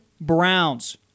Browns